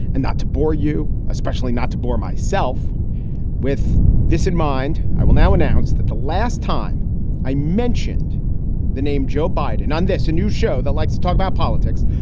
and not to bore you, especially not to bore myself with this in mind. i will now announce that the last time i mentioned the name joe biden on this new show that likes to talk about politics.